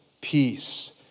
peace